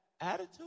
Attitude